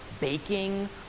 baking